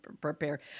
prepared